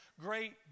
great